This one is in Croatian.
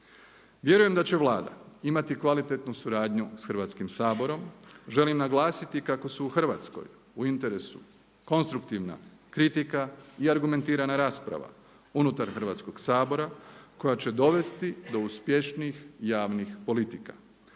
Vjerujem da će Vlada imati kvalitetnu suradnju s Hrvatskim saborom. Želim naglasiti kako su u Hrvatskoj u interesu konstruktivna kritika i argumentirana rasprava unutar Hrvatskog sabora koja će dovesti do uspješnijih javnih politika.